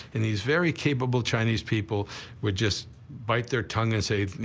and these very capable chinese people would just bite their tongue and say, you